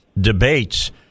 debates